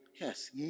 Yes